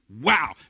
Wow